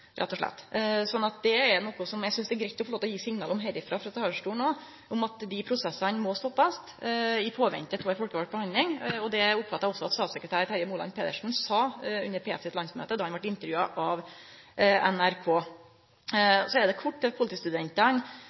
rett og slett. Så det er noko som eg synest det er greitt å få lov til å gi signal om frå denne talarstolen òg, at dei prosessane må stoppast i påvente av ei folkevald behandling. Det oppfatta eg òg at statssekretær Terje Moland Pedersen sa under PF sitt landsmøte då han vart intervjua av NRK. Så kort til politistudentane: Der er det